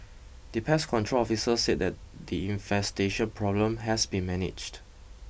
the pest control officer said that the infestation problem has been managed